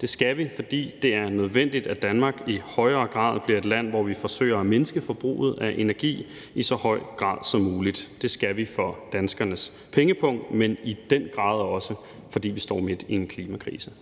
det skal vi, fordi det er nødvendigt, at Danmark i højere grad bliver et land, hvor vi forsøger at mindske forbruget af energi i så høj grad som muligt; det skal vi for danskernes pengepung, men i den grad også fordi vi står midt i en klimakrise.